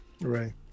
right